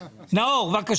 טוב.